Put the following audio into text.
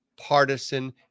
partisan